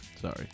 Sorry